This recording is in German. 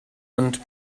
und